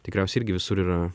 tikriausiai irgi visur yra